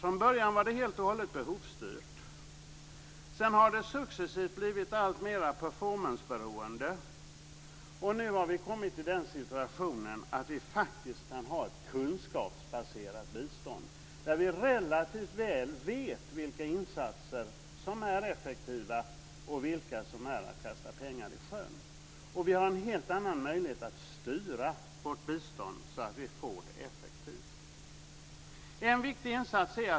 Från början var det helt och hållet behovsstyrt. Sedan har det successivt blivit alltmer performance-beroende.